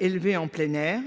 élevées en plein air,